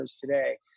today